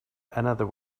another